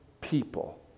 people